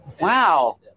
Wow